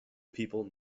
people